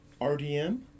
RDM